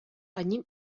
одним